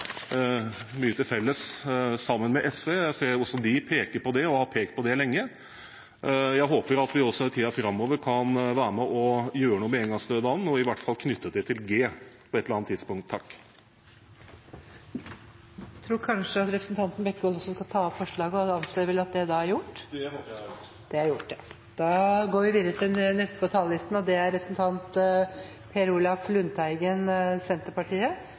mye til felles med SV. Jeg ser at også de peker på det og har pekt på det lenge. Jeg håper også at vi i tiden framover kan være med og gjøre noe med engangsstønaden og i hvert fall knytte det til G på et eller annet tidspunkt. Presidenten tror at representanten Bekkevold skal ta opp forslag og anser at det er gjort. Det håper jeg er gjort. Representanten Geir Jørgen Bekkevold har tatt opp det forslaget han refererte til. Så langt jeg kjenner til, har vi ikke i dag noen offisiell, klar og